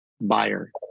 buyer